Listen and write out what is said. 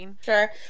Sure